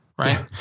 right